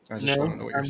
No